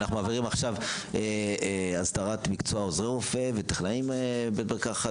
ואנחנו מעבירים עכשיו הסדרת מקצוע עוזרי רופא וטכנאי בית מרחקת